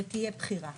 ותהיה בחירה.